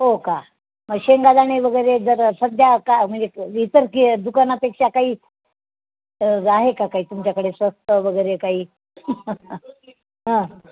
हो का म शेंगादाणेवगैरे जर सध्या का म्हणजे इतर की दुकानापेक्षा काही आहे का काही तुमच्याकडे स्वस्तवगैरे काही हा